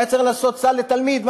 היה צריך לעשות סל לתלמיד,